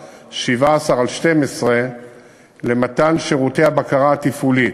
17/12 למתן שירותי הבקרה התפעולית.